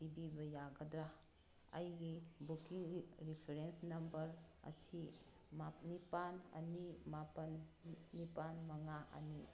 ꯄꯤꯕꯤꯕ ꯌꯥꯒꯗ꯭ꯔꯥ ꯑꯩꯒꯤ ꯕꯨꯛꯀꯤꯡꯒꯤ ꯔꯤꯐꯔꯦꯟꯁ ꯅꯝꯕꯔ ꯑꯁꯤ ꯅꯤꯄꯥꯜ ꯑꯅꯤ ꯃꯥꯄꯜ ꯅꯤꯄꯥꯜ ꯃꯉꯥ ꯑꯅꯤ